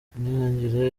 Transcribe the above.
nihagira